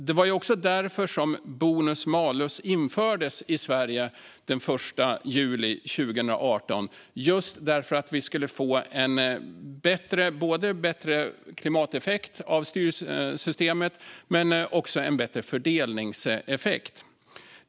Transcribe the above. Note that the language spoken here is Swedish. Det var också därför bonus-malus infördes i Sverige den 1 juli 2018. Vi skulle få en bättre klimateffekt av styrsystemet, men också en bättre fördelningseffekt.